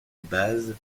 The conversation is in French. base